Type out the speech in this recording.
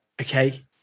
Okay